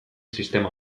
sistema